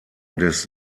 des